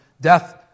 death